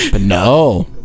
No